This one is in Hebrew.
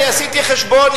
אני עשיתי חשבון,